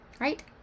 Right